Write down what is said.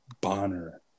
Bonner